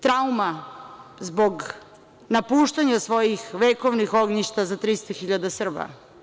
Trauma zbog napuštanja svojih vekovnih ognjišta za 300 hiljada Srba.